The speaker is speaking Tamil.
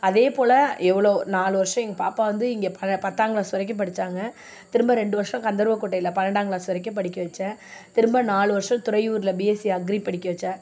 அதேபோல் எவ்வளோ நாலு வருஷம் எங்கள் பாப்பா வந்து இங்கே பத்தாம் க்ளாஸ் வரைக்கும் படித்தாங்க திரும்ப ரெண்டு வருஷம் கந்தர்வக்கோட்டையில பன்னெண்டாங் க்ளாஸ் வரைக்கும் படிக்க வைச்சேன் திரும்ப நாலு வருஷம் துறையூரில் பிஎஸ்சி அக்ரி படிக்க வைச்சேன்